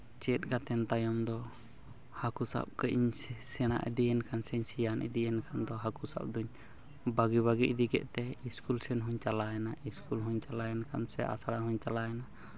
ᱪᱮᱫ ᱠᱟᱛᱮᱫ ᱛᱟᱭᱚᱢ ᱫᱚ ᱦᱟᱹᱠᱩ ᱥᱟᱵ ᱠᱟᱹᱡ ᱤᱧ ᱥᱮᱬᱟ ᱤᱫᱤᱭᱮᱱ ᱠᱷᱟᱱ ᱥᱮ ᱥᱮᱭᱟᱱ ᱤᱫᱤᱭᱮᱱ ᱠᱷᱟᱱ ᱫᱚ ᱦᱟᱹᱠᱩ ᱥᱟᱵ ᱫᱚᱧ ᱵᱟᱹᱜᱤ ᱵᱟᱹᱜᱤ ᱤᱫᱤ ᱠᱮᱫ ᱛᱮ ᱥᱠᱩᱞ ᱥᱮᱫ ᱦᱚᱸᱧ ᱪᱟᱞᱟᱣᱮᱱᱟ ᱥᱠᱩᱞ ᱦᱚᱧ ᱪᱟᱞᱟᱣ ᱮᱱ ᱠᱷᱟᱱ ᱥᱮ ᱟᱥᱲᱟ ᱦᱚᱧ ᱪᱟᱞᱟᱣᱮᱱᱟ